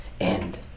end